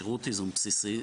שירות ייזום בסיסי,